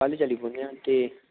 कल चली पौह्नेआं केह्